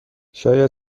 شاید